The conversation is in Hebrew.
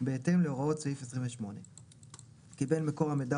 בהתאם להוראות סעיף 28. קיבל מקור המידע